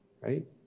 right